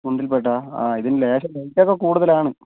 ഗുണ്ടിൽപേട്ടാ ആഹ് ഇതിന് ലേശം റേറ്റൊക്കെ കൂടുതലാണ്